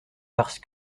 parce